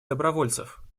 добровольцев